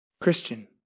Christian